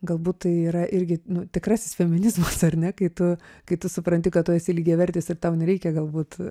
galbūt tai yra irgi nu tikrasis feminizmas ar ne kai tu kai tu supranti kad tu esi lygiavertis ir tau nereikia galbūt